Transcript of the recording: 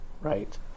right